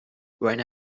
when